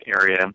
area